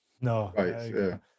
No